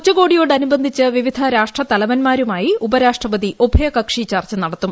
ഉച്ചകോടിയോട് അനുബന്ധിച്ച് വിവിധ രാഷ്ട്രത്തലവന്മാരുമായി ഉപരാഷ്ട്രപതി ഉഭയകക്ഷി ചർച്ച നടത്തും